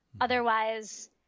otherwise